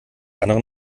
anderen